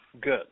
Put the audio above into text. Good